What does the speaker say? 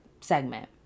segment